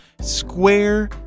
square